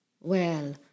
Well